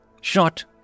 Shot